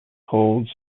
holds